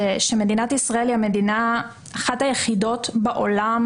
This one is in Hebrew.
הראיתי שמדינת ישראל היא אחת המדינות היחידות בעולם